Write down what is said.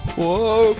Whoa